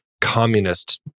communist